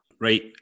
Right